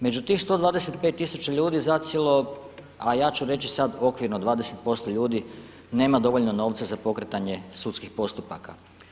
Među tih 125.000 ljudi zacijelo, a ja ću sad reći okvirno 20% ljudi nema dovoljno novca za pokretanje sudskih postupaka.